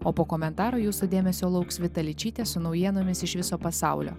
o po komentaro jūsų dėmesio lauks vita ličytė su naujienomis iš viso pasaulio